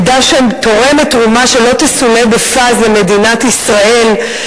עדה שתורמת תרומה שלא תסולא בפז למדינת ישראל,